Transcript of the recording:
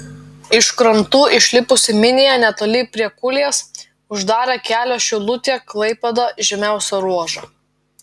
iš krantų išlipusi minija netoli priekulės uždarė kelio šilutė klaipėda žemiausią ruožą